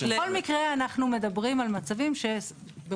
בכל מקרה אנחנו מדברים על מצבים שברוב